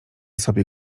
sobie